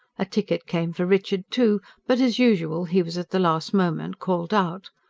a ticket came for richard, too but, as usual, he was at the last moment called out.